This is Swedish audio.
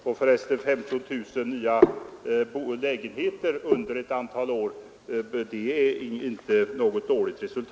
Och för resten: 15 000 nya lägenheter under ett antal årär inte någon dålig prognos.